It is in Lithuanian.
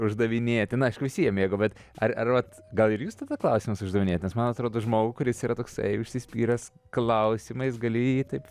uždavinėti na aišku visi jie mėgo bet ar ir vat gal ir jūs tada klausimus uždavinėjat nes man atrodo žmogų kuris yra toksai užsispyręs klausimais gali jį taip